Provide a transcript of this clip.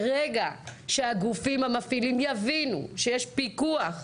ברגע שהגופים המפעילים יבינו שיש פיקוח,